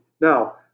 Now